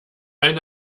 eine